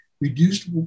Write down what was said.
reduced